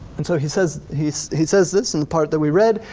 and so he says, he he says this in part that we read,